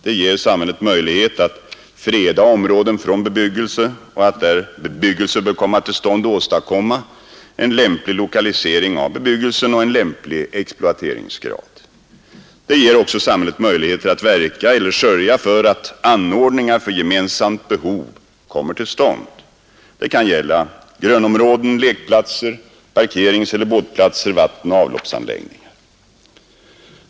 Det ger samhället möjlighet att freda områden från bebyggelse och där bebyggelse bör komma till stånd åstadkomma en lämplig lokalisering av bebyggelsen och en lämplig exploateringsgrad. Det ger också samhället möjligheter att verka eller sörja för att anordningar för gemensamt behov kommer till stånd. Det kan gälla grönområden, lekplatser, parkeringseller båtplatser, vattenoch avloppsanläggningar.